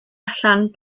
allan